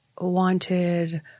wanted